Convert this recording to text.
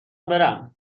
برم